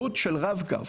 עלות של רב-קו.